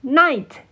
night